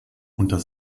unter